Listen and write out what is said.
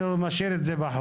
אני משאיר את זה בחוק.